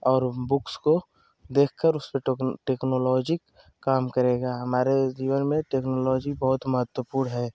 और बुक्स को देखकर उससे टोकन टेकनोलोजी क काम करेगा हमारे जीवन में टेकनोलोजी बहुत महत्वपूर्ण है